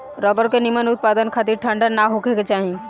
rubber के निमन उत्पदान खातिर ठंडा ना होखे के चाही